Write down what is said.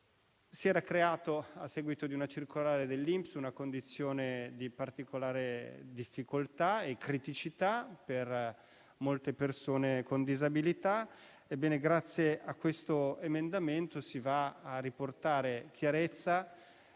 da lavoro. A seguito di una circolare dell'INPS si era creata una condizione di particolare difficoltà e criticità per molte persone con disabilità. Ebbene, grazie a quell'emendamento si va a riportare chiarezza